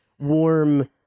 warm